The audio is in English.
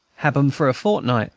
hab em for a fortnight